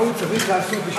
מה הוא צריך לעשות בשביל זה?